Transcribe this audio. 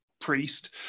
priest